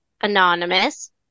Anonymous